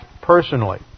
personally